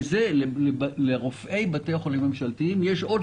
כך שלרופאי בתי החולים הממשלתיים יש עוד